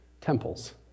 temples